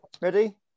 Ready